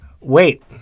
Wait